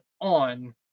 on